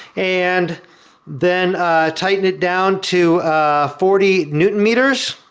and then tighten it down to forty newton meters